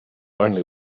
only